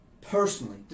personally